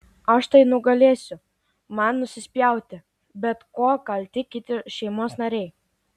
aš tai nugalėsiu man nusispjauti bet kuo kalti kiti šeimos nariai